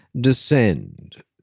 descend